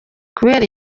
kubera